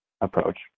approach